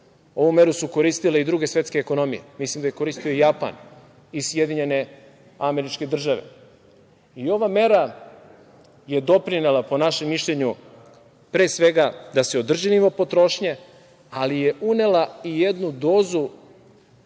ovu meru su koristile i druge svetske ekonomije. Mislim da je koristio i Japan i Sjedinjene Američke Države. Ova mera je doprinela, po našem mišljenju, pre svega da se održi nivo potrošnje, ali je unela i jednu dozu